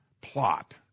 plot